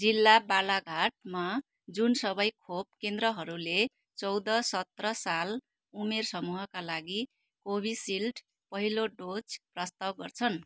जिल्ला बालाघाटमा जुन सबै खोप केन्द्रहरूले चौध सत्र साल उमेर समूहका लागि कोभिसिल्ड पहिलो डोज प्रस्ताव गर्छन्